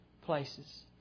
places